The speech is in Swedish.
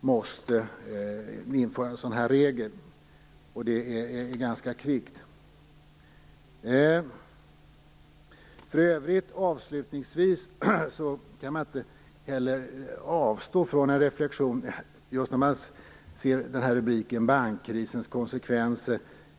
måste införa en sådan här regel, och det ganska kvickt. Avslutningsvis kan jag inte heller avstå från en reflexion när jag ser rubriken om bankkrisens konsekvenser.